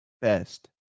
best